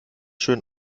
schön